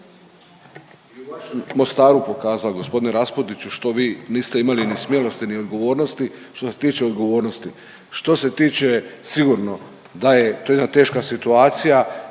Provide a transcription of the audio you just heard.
Mostaru pokazao gospodine Raspudiću što vi niste imali ni smjelosti ni odgovornosti, što se tiče odgovornosti. Što se tiče sigurno da je to je jedna teška situacija